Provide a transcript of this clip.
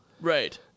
Right